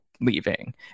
leaving